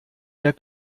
der